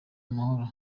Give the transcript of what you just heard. amahoro